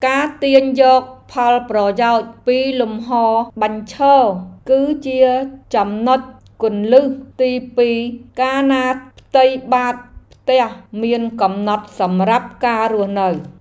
ការទាញយកផលប្រយោជន៍ពីលំហរបញ្ឈរគឺជាចំណុចគន្លឹះទីពីរកាលណាផ្ទៃបាតផ្ទះមានកំណត់សម្រាប់ការរស់នៅ។